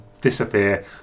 disappear